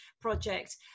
project